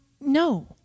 no